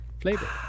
Flavor